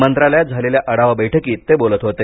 मंत्रालयात झालेल्या आढावा बैठकीत ते बोलत होते